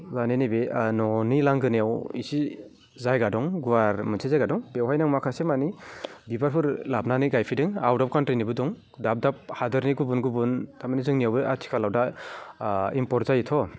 माने नैबे न'नि लांगोनायाव इसे जायगा दं गुवार मोनसे जायगा दं बेवहायनो आं माखासेमानि बिबारफोर लाबनानै गायफैदों आउट अफ काउन्ट्रिनिबो दं दाब दाब हादरनि गुबुन गुबुन तारमाने जोंनियावबो आथिखालाव दा इम्पर्ट जायोथ'